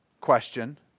question